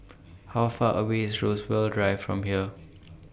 How Far away IS Rosewood Drive from here